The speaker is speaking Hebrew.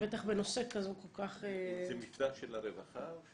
זה מפת"ן של הרווחה?